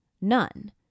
None